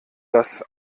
das